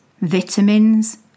vitamins